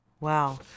Wow